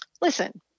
listen